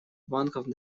банках